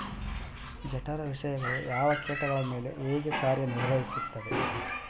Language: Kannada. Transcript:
ಜಠರ ವಿಷಯಗಳು ಯಾವ ಕೇಟಗಳ ಮೇಲೆ ಹೇಗೆ ಕಾರ್ಯ ನಿರ್ವಹಿಸುತ್ತದೆ?